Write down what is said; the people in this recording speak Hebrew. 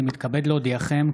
אני מתכבד להודיעכם,